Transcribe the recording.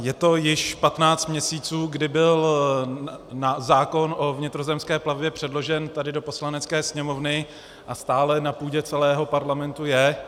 Je to již 15 měsíců, kdy byl zákon o vnitrozemské plavbě předložen tady do Poslanecké sněmovny, a stále na půdě celého Parlamentu je.